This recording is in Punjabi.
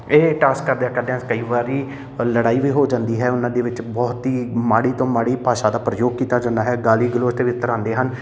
ਇਹ ਟਾਸਕ ਕਰਦਿਆ ਕਰਦਿਆਂ ਕਈ ਵਾਰੀ ਲੜਾਈ ਵੀ ਹੋ ਜਾਂਦੀ ਹੈ ਉਹਨਾਂ ਦੇ ਵਿੱਚ ਬਹੁਤ ਹੀ ਮਾੜੀ ਤੋਂ ਮਾੜੀ ਭਾਸ਼ਾ ਦਾ ਪ੍ਰਯੋਗ ਕੀਤਾ ਜਾਂਦਾ ਹੈ ਗਾਲੀ ਗਲੋਚ 'ਤੇ ਵੀ ਉਤਰ ਆਉਂਦੇ ਹਨ